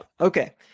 Okay